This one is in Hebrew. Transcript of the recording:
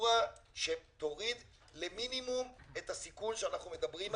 פרוצדורה שיוריד למינימום את הסיכול שאנחנו מדברים עליו,